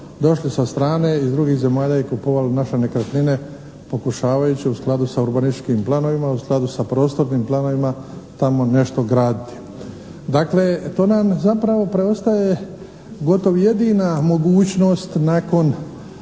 došli sa strane iz drugih zemalja i kupovali naše nekretnine pokušavajući u skladu sa urbanističkim planovima, u skladu sa prostornim planovima tamo nešto graditi. Dakle to nam zapravo preostaje gotovo jedina mogućnost nakon